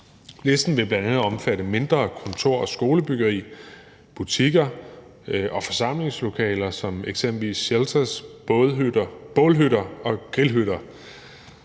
Listen vil bl.a. omfatte mindre kontor- og skolebyggeri, butikker og forsamlingslokaler som eksempelvis sheltere, bålhytter og grillhytter.